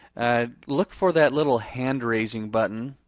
ah look for that little hand raising button.